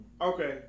okay